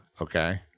okay